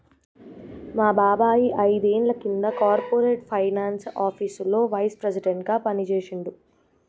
మా బాబాయ్ ఐదేండ్ల కింద కార్పొరేట్ ఫైనాన్స్ ఆపీసులో వైస్ ప్రెసిడెంట్గా పనిజేశిండు